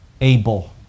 able